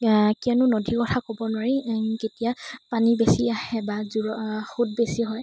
কিয়নো নদীৰ কথা ক'ব নোৱাৰি কেতিয়া পানী বেছি আহে বা জোৰ সোঁত বেছি হয়